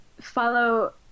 follow